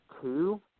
two